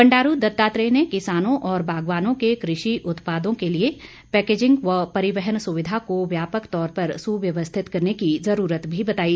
बंडारू दत्तात्रेय ने किसानों और बागवानों के कृषि उत्पादों के लिए पैकेज़िग व परिवहन स्विधा को व्यापक तौर पर सुव्यवस्थित करने की जरूरत भी बताई